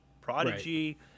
prodigy